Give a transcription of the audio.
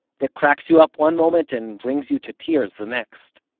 that cracks you up one moment, and brings you to tears the next.